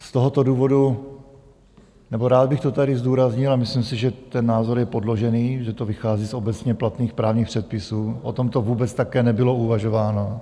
Z tohoto důvodu... nebo rád bych to tady zdůraznil, a myslím si, že ten názor je podložený, že to vychází z obecně platných právních předpisů, o tomto vůbec také nebylo uvažováno.